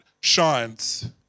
shines